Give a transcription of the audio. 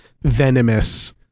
venomous